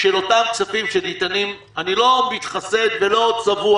את אותם כספים שניתנים אני לא מתחסד ולא צבוע